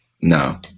No